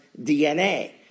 DNA